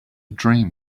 dream